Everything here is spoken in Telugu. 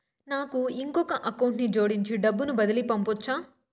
నాకు ఇంకొక అకౌంట్ ని జోడించి డబ్బును బదిలీ పంపొచ్చా?